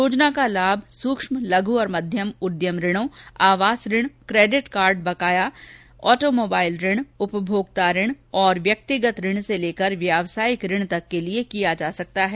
योजना का लाभ सुक्म लघ्र और मध्यम उद्यम ऋणों आवास ऋण क्रेडिट कार्ड बकाये अह्रदोमोवाइल ऋण उपभोक्ता ऋण और वैयक्तिक ऋण से लेकर व्यावसायिक ऋण तक के लिए लिया जा सकता है